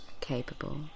capable